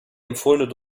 empfohlene